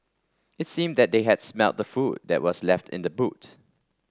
it seemed that they had smelt the food that were left in the boot